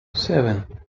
seven